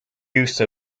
use